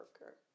worker